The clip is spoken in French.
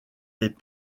les